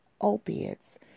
opiates